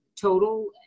total